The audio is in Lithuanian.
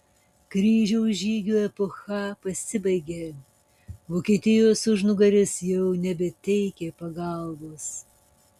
kryžiaus žygių epocha pasibaigė vokietijos užnugaris jau nebeteikė pagalbos